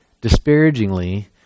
disparagingly